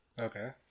Okay